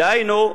דהיינו,